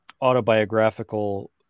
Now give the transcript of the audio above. autobiographical